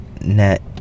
net